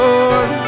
Lord